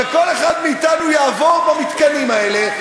וכל אחד מאתנו יעבור במתקנים האלה,